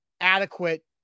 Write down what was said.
adequate